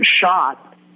shot